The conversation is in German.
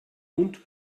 und